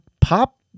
pop